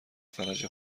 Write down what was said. فلج